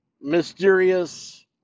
mysterious